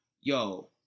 yo